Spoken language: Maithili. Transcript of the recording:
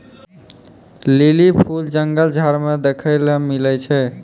लीली फूल जंगल झाड़ मे देखै ले मिलै छै